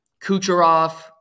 Kucherov